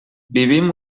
vivim